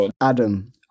Adam